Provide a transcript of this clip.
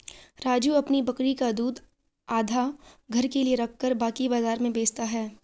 राजू अपनी बकरी का दूध आधा घर के लिए रखकर बाकी बाजार में बेचता हैं